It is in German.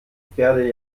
pferde